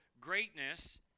greatness